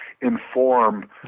inform